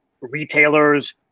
retailers